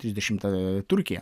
trisdešimtą turkija